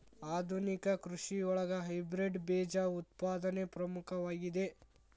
ಆಧುನಿಕ ಕೃಷಿಯೊಳಗ ಹೈಬ್ರಿಡ್ ಬೇಜ ಉತ್ಪಾದನೆ ಪ್ರಮುಖವಾಗಿದೆ